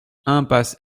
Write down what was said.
impasse